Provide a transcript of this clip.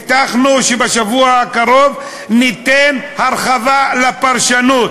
הבטחנו שבשבוע הקרוב ניתן הרחבה לפרשנות.